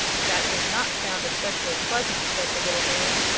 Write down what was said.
that does not sound especially pleasant, said the little man,